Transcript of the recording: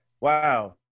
Wow